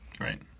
Right